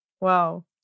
Wow